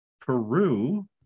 Peru